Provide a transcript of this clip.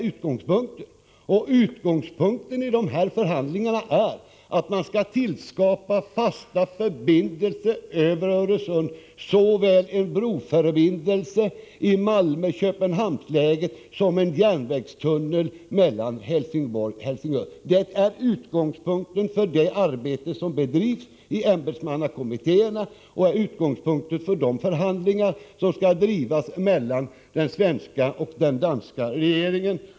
Utgångspunkterna för dessa förhandlingar är att man skall tillskapa fasta förbindelser över Öresund, såväl en broförbindelse mellan Malmö och Köpenhamn som en järnvägstunnel mellan Helsingborg och Helsingör. Detta är alltså utgångspunkterna för det arbet som bedrivs i ämbetsmannakommittéer och för de förhandlingar som skall drivas mellan den svenska och den danska regeringen.